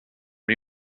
lui